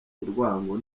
urwango